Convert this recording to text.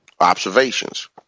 observations